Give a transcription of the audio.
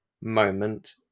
moment